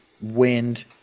wind